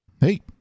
Hey